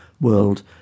world